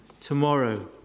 tomorrow